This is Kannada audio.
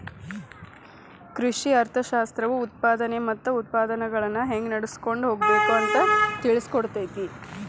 ಕೃಷಿ ಅರ್ಥಶಾಸ್ತ್ರವು ಉತ್ಪಾದನೆ ಮತ್ತ ಉತ್ಪನ್ನಗಳನ್ನಾ ಹೆಂಗ ನಡ್ಸಕೊಂಡ ಹೋಗಬೇಕು ಅಂತಾ ತಿಳ್ಸಿಕೊಡತೈತಿ